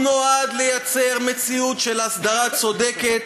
הוא נועד לייצר מציאות של הסדרה צודקת